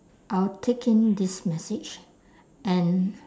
I will take in this message and